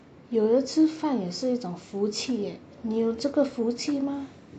有的吃饭也是一种福气 eh 你有这个福气吗